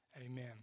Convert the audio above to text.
amen